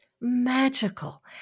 magical